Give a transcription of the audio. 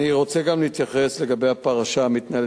אני רוצה גם להתייחס לגבי הפרשה המתנהלת